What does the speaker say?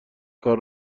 کار